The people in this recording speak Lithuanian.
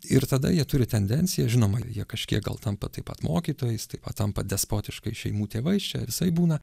ir tada jie turi tendenciją žinoma jie kažkiek gal tampa taip pat mokytojais taip pat tampa despotiškais šeimų tėvais čia visaip būna